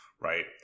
right